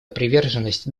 приверженность